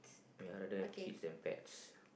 ya rather have kids than pets